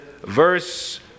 verse